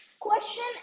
question